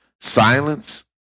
Silence